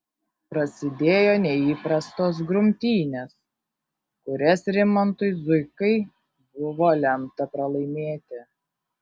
prasidėjo neįprastos grumtynės kurias rimantui zuikai buvo lemta pralaimėti